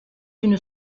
une